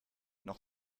noch